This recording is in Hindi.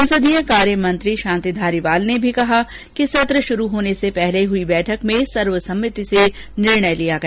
संसदीय कार्य मंत्री शांति धारीवाल ने भी कहा कि सत्र शुरू होने पर पूर्व हुई बैठक में सर्वसम्मति से निर्णय लिया गया